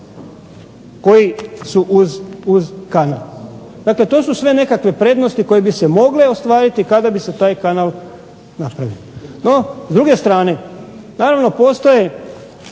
koji su uz kanal. Dakle, to su sve neke prednosti koje bi se mogle ostvariti kada bi se taj kanal napravio. No, s druge strane naravno postoje